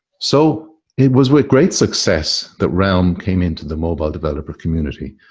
so it was with great success that realm came into the mobile developer community.